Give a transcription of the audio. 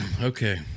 Okay